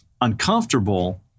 uncomfortable